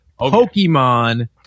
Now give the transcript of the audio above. Pokemon